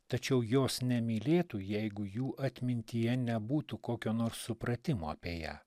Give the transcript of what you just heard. tačiau jos nemylėtų jeigu jų atmintyje nebūtų kokio nors supratimo apie ją